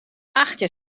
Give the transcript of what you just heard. achttjin